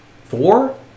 four